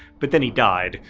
but then he died.